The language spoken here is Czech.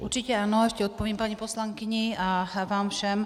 Určitě ano, ještě odpovím paní poslankyni a vám všem.